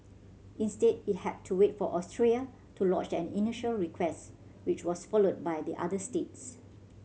instead it had to wait for Austria to lodge an initial request which was followed by the other states